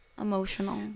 Emotional